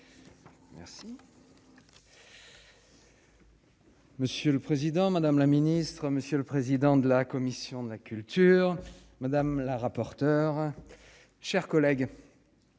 Monsieur le président, madame la ministre, monsieur le président de la commission de la culture, madame la rapporteure, chers collègues,